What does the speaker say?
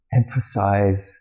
emphasize